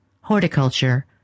horticulture